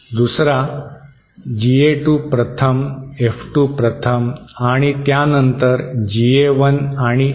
दुसरा GA 2 प्रथम F 2 प्रथम आणि त्यानंतर GA1 आणि F1